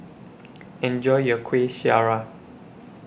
Enjoy your Kuih Syara